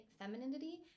femininity